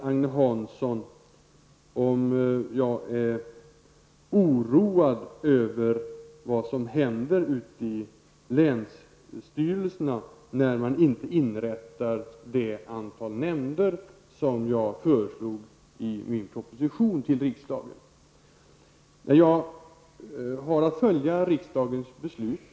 Agne Hansson frågade om jag är oroad över vad som händer ute i länsstyrelserna när man inte inrättar det antal nämnder som jag föreslog i min proposition till riksdagen. Jag har att följa riksdagens beslut.